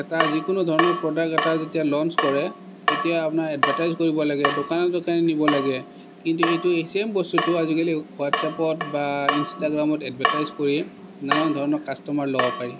এটা যিকোনো ধৰণৰ প্ৰডাক্ট এটা যেতিয়া লঞ্চ কৰে তেতিয়া আমাৰ এডভাৰটাইজ কৰিব লাগে দোকানে দোকানে নিব লাগে কিন্তু সেইটো চেম বস্তুটো আজিকালি হোৱাট্চএপত বা ইঞ্চটাগ্ৰামত এডভাৰটাইজ কৰি নানা ধৰণৰ কাষ্টমাৰ ল'ব পাৰি